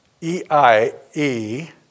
E-I-E